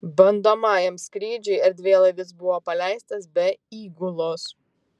bandomajam skrydžiui erdvėlaivis buvo paleistas be įgulos